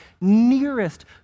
nearest